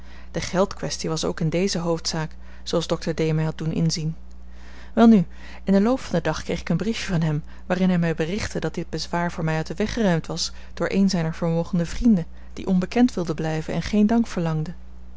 de geldkwestie was ook in dezen hoofdzaak zooals dokter d mij had doen inzien welnu in den loop van den dag kreeg ik een briefje van hem waarin hij mij berichtte dat dit bezwaar voor mij uit den weg geruimd was door een zijner vermogende vrienden die onbekend wilde blijven en geen dank verlangde